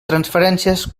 transferències